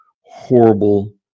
horrible